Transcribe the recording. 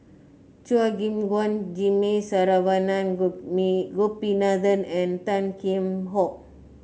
Chua Gim Guan Jimmy Saravanan Gopinathan and Tan Kheam Hock